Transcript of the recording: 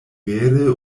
vere